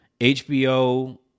HBO